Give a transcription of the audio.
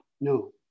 No